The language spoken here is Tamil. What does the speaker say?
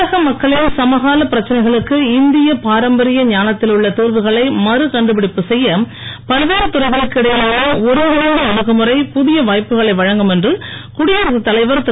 உலக மக்களின் சமகால பிரச்சினைகளுக்கு இந்திய பாரம்பரிய ஞானத்திலுள்ள தீர்வுகளை மறு கண்டுபிடிப்பு செய்ய பல்வேறு துறைகளுக்கு இடையிலான ஒருங்கிணைந்த அணுகுமுறை புதிய வாய்ப்புகளை வழங்கும் என்று குடியரசு தலைவர் திரு